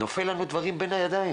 נופלים לנו דברים בין הידיים